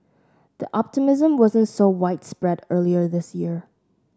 the optimism wasn't so widespread earlier this year